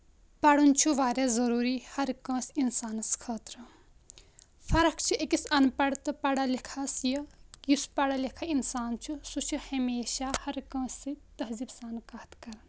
پَرُن چھُ واریاہ ضروٗری ہَر کٲنٛسہِ اِنسانَس خٲطرٕ فَرق چھِ أکِس اَنپَڑس تہٕ پَڑا لِکھا ہس یہِ یُس پَڑا لِکھا اِنسان چھُ سُہ چھُ ہمیشہ ہَر کٲنٛسہِ سۭتۍ تہزیٖب سان کَتھ کَران